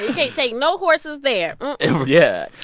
yeah take no horses there yeah.